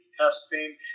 testing